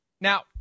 Now